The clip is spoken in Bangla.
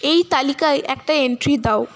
এই তালিকায় একটা এন্ট্রি দাও